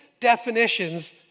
definitions